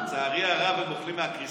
לצערי הרב הם אוכלים מהקריסטל.